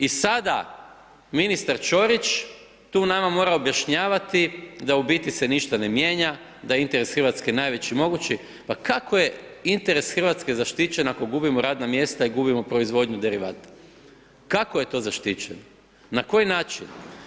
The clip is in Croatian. I sada ministar Ćorić tu nama mora objašnjavati da u biti se ništa ne mijenja, da je interes RH najveći mogući, pa kako je interes RH zaštićen ako gubimo radna mjesta i gubimo proizvodnju derivata, kako je to zaštićeno, na koji način?